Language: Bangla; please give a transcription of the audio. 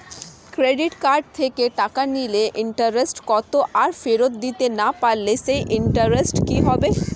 ক্রেডিট কার্ড থেকে টাকা নিলে ইন্টারেস্ট কত আর ফেরত দিতে না পারলে সেই ইন্টারেস্ট কি হবে?